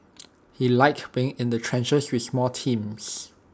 he liked being in the trenches with small teams